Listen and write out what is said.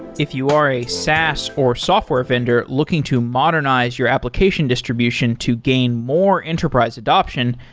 if you are a saas or software vendor looking to modernize your application distribution to gain more enterprise adoption,